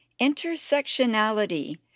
Intersectionality